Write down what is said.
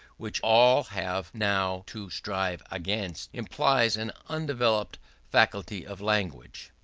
which all have now to strive against, implies an undeveloped faculty of language.